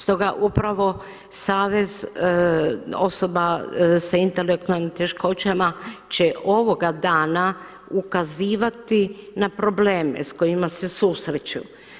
Stoga upravo Savez osoba s intelektualnim teškoćama će ovoga dana ukazivati na probleme s kojima se susreću.